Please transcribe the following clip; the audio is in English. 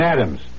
Adams